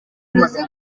uzi